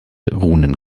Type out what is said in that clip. runen